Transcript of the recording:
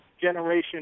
generation